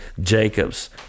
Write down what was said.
jacob's